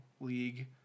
league